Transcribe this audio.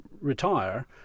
retire